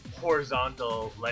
horizontal